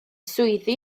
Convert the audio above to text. swyddi